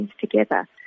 together